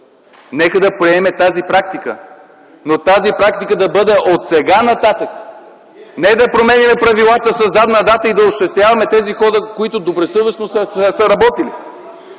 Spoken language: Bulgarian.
Нека да приемем тази практика, но тя да бъде отсега нататък. Не да променяме правилата със задна дата и да ощетяваме тези хора, които добросъвестно са работили.